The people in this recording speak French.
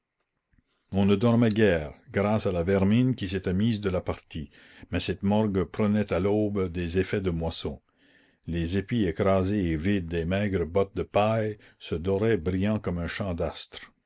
on ne dormait guère grâce à la vermine qui s'était mise de la partie mais cette morgue prenait à l'aube des effets de moissons les épis écrasés et vides des maigres bottes de paille se doraient brillant comme un champ d'astres